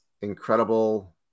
incredible